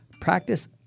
Practice